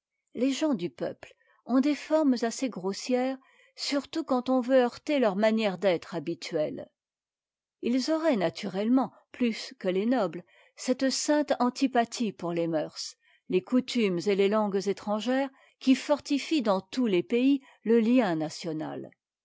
les gens dupeupte ont des formes assez grossières surtout quand on veut heurter leur manière d'être habituette ils auraient naturellement plus que les nobles cette sainte antipathie pour tes mœurs tes coutumes et les tangues étrangères qui fortifie dans tous les pays te lien national